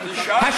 תשאל את השר,